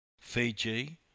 Fiji